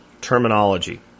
terminology